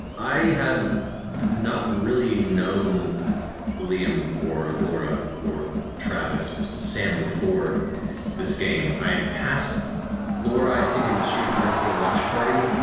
i had not really known liam or laura or travis or sam before this game, i passed laura i think in the street fighter iv launch party,